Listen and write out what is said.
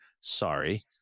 sorry